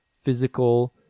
physical